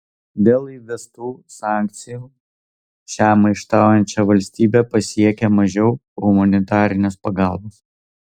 dėl įvestų sankcijų šią maištaujančią valstybę pasiekia mažiau humanitarinės pagalbos